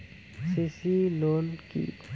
CC loan কি?